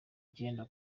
icyenda